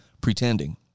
pretending